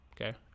okay